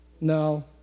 No